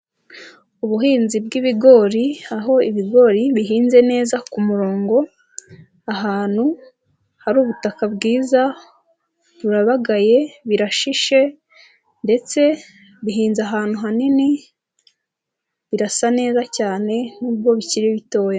Ubuhinzi bw'ibigori aho ibigori bihinze neza ku murongo ahantu hari ubutaka bwiza, burabagaye, birashishe ndetse bihinze ahantu hanini, birasa neza cyane n'ubwo bikiri bitoya.